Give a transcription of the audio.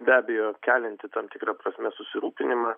be abejo kelianti tam tikra prasme susirūpinimą